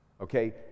Okay